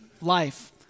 life